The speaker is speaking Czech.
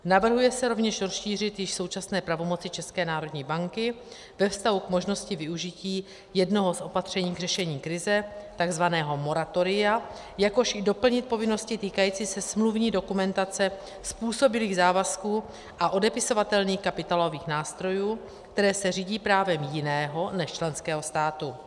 Navrhuje se rovněž rozšířit již současné pravomoci České národní banky ve vztahu k možnosti využití jednoho z opatření k řešení krize, takzvaného moratoria, jakož i doplnit povinnosti týkající se smluvní dokumentace způsobilých závazků a odepisovatelných kapitálových nástrojů, které se řídí právem jiného než členského státu.